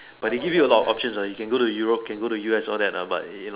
but they give you a lot of option uh you can go to Europe can go to U_S all that lah but you know